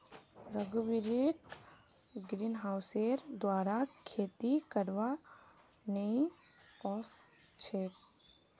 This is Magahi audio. रघुवीरक ग्रीनहाउसेर द्वारा खेती करवा नइ ओस छेक